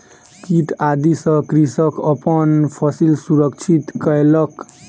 कीट आदि सॅ कृषक अपन फसिल सुरक्षित कयलक